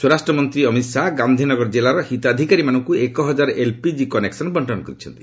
ସ୍ୱରାଷ୍ଟ୍ରମନ୍ତ୍ରୀ ଅମିତ ଶାହା ଗାନ୍ଧିନଗର ଜିଲ୍ଲାର ହିତାଧିକାରୀମାନଙ୍କୁ ଏକ ହଜାର ଏଲ୍ପିଜି କନେକସନ୍ ବଙ୍କନ କରିଛନ୍ତି